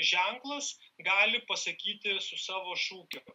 ženklas gali pasakyti su savo šūkiu